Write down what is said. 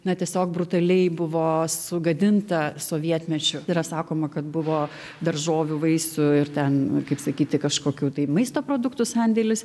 na tiesiog brutaliai buvo sugadinta sovietmečiu yra sakoma kad buvo daržovių vaisių ir ten kaip sakyti kažkokių tai maisto produktų sandėlis